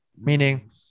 Meaning